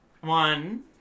One